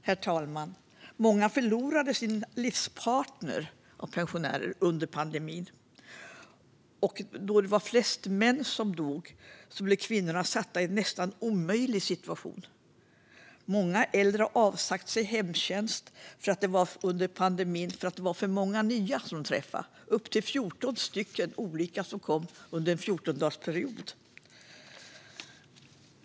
Herr ålderspresident! Många pensionärer förlorade sin livspartner under pandemin. Och då det var flest män som dog blev kvinnorna satta i en nästan omöjlig situation. Många äldre har avsagt sig hemtjänst under pandemin för att de fick träffa för många nya. Det var upp till 14 olika personer som kom under en 14-dagarsperiod.